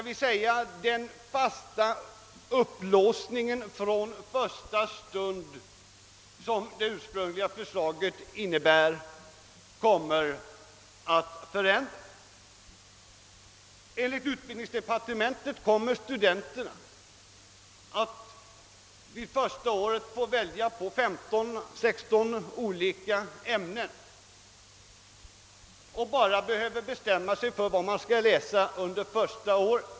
Men den hårda låsning från första stund som det ursprungliga förslaget innebar kommer att ändras. Studenterna kommer enligt utbildningsdepartementet att första året få välja mellan 15—16 olika ämnen och behöver bara bestämma sig för vad de skall läsa under första året.